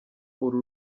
uru